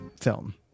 film